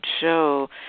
show